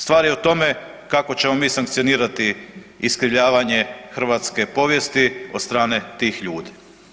Stvar je o tome kako ćemo mi sankcionirati iskrivljavanje hrvatske povijesti od strane tih ljudi.